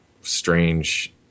strange